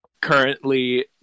Currently